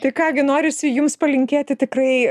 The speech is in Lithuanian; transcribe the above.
tai ką gi norisi jums palinkėti tikrai